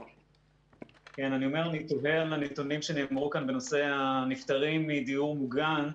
אני אומר שאני טובע מהנתונים שנאמרו כאן בנושא הנפטרים מדיור מוגן.